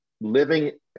living